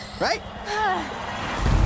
Right